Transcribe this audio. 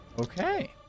okay